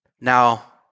now